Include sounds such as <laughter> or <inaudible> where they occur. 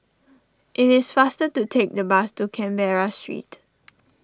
it is faster to take the bus to Canberra Street <noise>